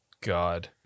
God